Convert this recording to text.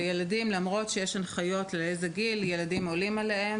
ולמרות שיש הנחיות לגבי הגיל ילדים עולים עליהם